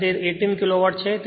અને તે 18 કિલોવોટ છે